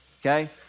okay